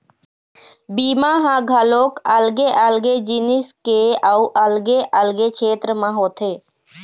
बीमा ह घलोक अलगे अलगे जिनिस के अउ अलगे अलगे छेत्र म होथे